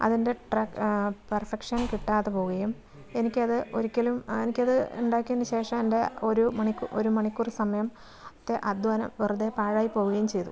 അതിൻ്റെ ട്രെ പെർഫെക്ഷൻ കിട്ടാതെ പോവുകയും എനിക്കത് ഒരിക്കലും എനിക്കത് ഉണ്ടാക്കിയതിന് ശേഷം എൻ്റെ ഒരു മണിക്കൂർ സമയത്തെ അധ്വാനം വെറുതെ പാഴായി പോവുകയും ചെയ്തു